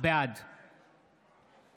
בעד